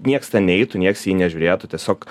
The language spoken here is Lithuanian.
nieks ten neitų nieks į jį nežiūrėtų tiesiog